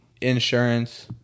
insurance